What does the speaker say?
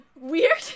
weird